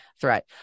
threat